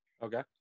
Okay